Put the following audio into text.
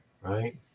Right